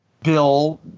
Bill